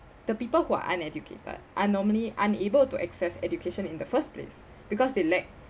the people who are uneducated are normally unable to access education in the first place because they lack